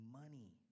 money